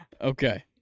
Okay